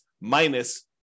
minus